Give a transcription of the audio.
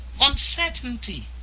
Uncertainty